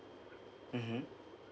mmhmm